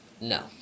No